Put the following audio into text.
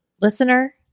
Listener